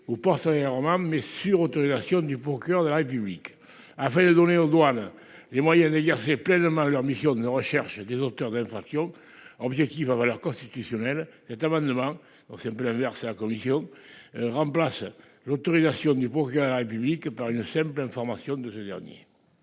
au. Romain mais sur autorisation du procureur de la République afin de donner aux douanes et moyennes exercer pleinement leur mission de recherche des auteurs d'infractions en, il va falloir constitutionnelle cet amendement. Donc c'est un peu l'inverse la commission. Remplace l'autorisation du que la République par une simple information de ce dernier.